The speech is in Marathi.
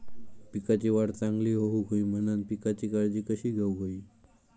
पिकाची वाढ चांगली होऊक होई म्हणान पिकाची काळजी कशी घेऊक होई?